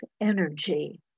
energy